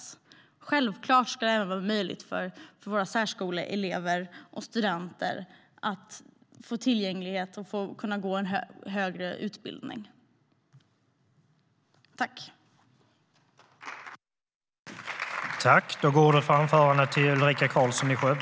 Självklart ska det vara möjligt även för våra särskoleelever och studenter att gå en högre utbildning.